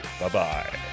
Bye-bye